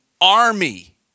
army